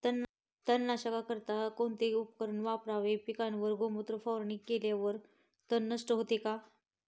तणनाशकाकरिता कोणते उपकरण वापरावे? पिकावर गोमूत्र फवारणी केल्यावर तण नष्ट होते का?